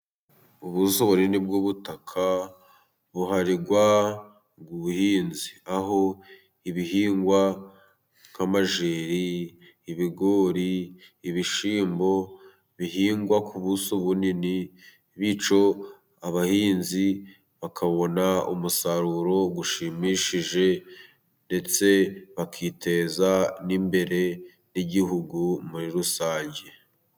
Ubuso bunini bw'ubutaka buharirwa ubuhinzi, aho ibihingwa nk'amajeri, ibigori, ibishyimbo, bihingwa ku buso bunini, bityo abahinzi bakabona umusaruro ushimishije, ndetse bakiteza n'imbere n'Igihugu muri rusange.